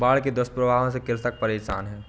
बाढ़ के दुष्प्रभावों से कृषक परेशान है